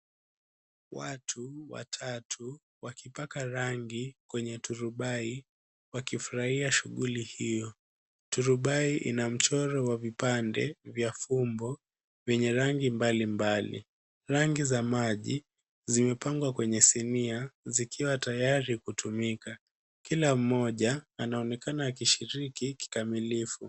Watu watatu wakipaka rangi kwenye turubai wakifurahia shughuli hiyo. Turubai ina mchoro wa vipande vya fumbo yenye rangi mbalimbali. Rangi za maji zimepangwa kwenye sinia zikiwa tayari kutumika. Kila mmoja anaonekana akishiriki kikamilifu.